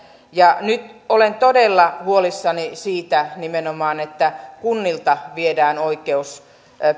nyt olen todella huolissani nimenomaan siitä että kunnilta viedään oikeus